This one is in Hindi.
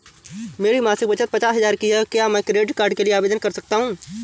मेरी मासिक बचत पचास हजार की है क्या मैं क्रेडिट कार्ड के लिए आवेदन कर सकता हूँ?